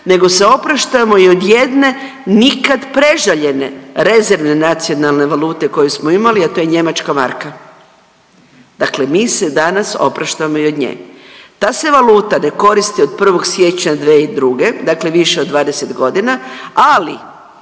nego se opraštamo i od jedne nikad prežaljene rezervne nacionalne valute koju smo imali, a to je njemačka marka. Dakle, mi se danas opraštamo i od nje. Ta se valuta ne koristi od 1. siječnja 2002. dakle više od 20 godina, ali